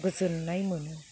गोजोननाय मोनो